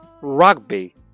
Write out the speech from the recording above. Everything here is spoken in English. rugby